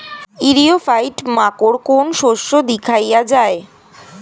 ইরিও ফাইট মাকোর কোন শস্য দেখাইয়া যায়?